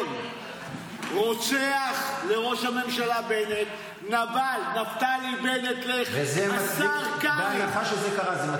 קרעי קרא לראש ממשלה "נבל" מעל הדוכן הזה.